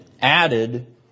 added